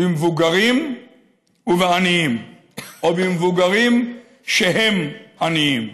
במבוגרים ובעניים או במבוגרים שהם עניים.